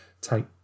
take